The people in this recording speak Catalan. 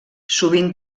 sovint